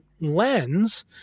lens